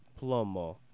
Plomo